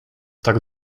tak